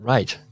Right